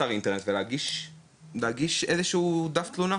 לאתר אינטרנט ולהגיש איזה שהוא דף תלונה.